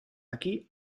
aquí